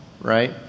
right